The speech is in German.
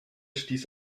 stieß